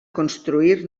construir